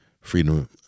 Freedom